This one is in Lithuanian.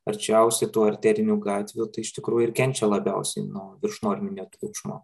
arčiausiai tų arterinių gatvių tai iš tikrųjų ir kenčia labiausiai nuo viršnorminio triukšmo